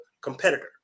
competitor